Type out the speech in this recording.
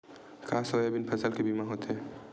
का सोयाबीन फसल के बीमा होथे?